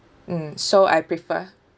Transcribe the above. mm so I prefer